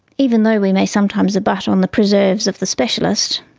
even though we may sometimes abut on the preserves of the specialist.